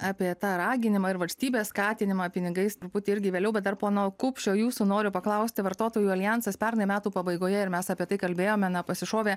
apie tą raginimą ir valstybės skatinimą pinigais truputį irgi vėliau bet dar pono kupšio jūsų noriu paklausti vartotojų aljansas pernai metų pabaigoje ir mes apie tai kalbėjome na pasišovė